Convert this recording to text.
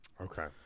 Okay